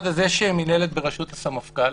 אחד, יש מינהלת ברשות הסמפכ"ל,